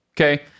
okay